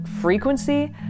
frequency